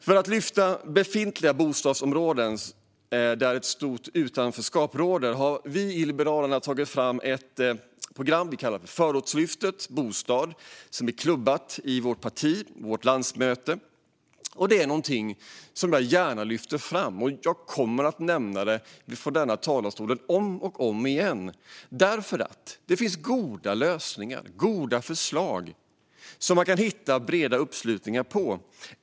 För att lyfta befintliga bostadsområden där ett stort utanförskap råder har vi i Liberalerna tagit fram ett program vi kallar Förortslyftet, som är klubbat på vårt landsmöte. Det är någonting som jag gärna lyfter fram. Jag kommer att nämna det från denna talarstol om och om igen, för det finns goda lösningar och goda förslag som man kan nå bred uppslutning kring.